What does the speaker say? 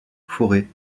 fauré